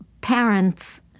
parents